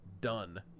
done